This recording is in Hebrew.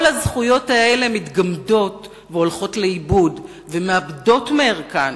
כל הזכויות האלה מתגמדות והולכות לאיבוד ומאבדות מערכן,